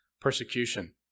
persecution